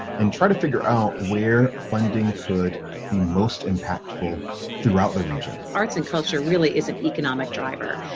and try to figure out, where funding could be most impactful throughout the region, arts and culture really is an economic driver,